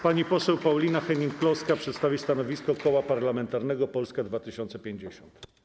Pani poseł Paulina Hennig-Kloska przedstawi stanowisko Koła Parlamentarnego Polska 2050.